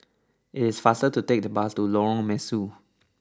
it is faster to take the bus to Lorong Mesu